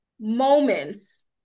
moments